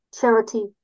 charity